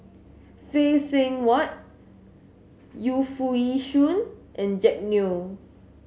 Phay Seng Whatt Yu Foo Yee Shoon and Jack Neo